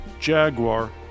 Jaguar